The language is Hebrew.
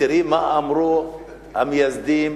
ותראי מה אמרו המייסדים,